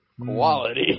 quality